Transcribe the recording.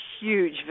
huge